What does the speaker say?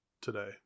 today